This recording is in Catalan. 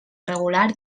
regular